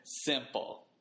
Simple